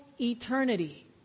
eternity